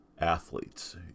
Athletes